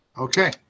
Okay